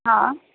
हा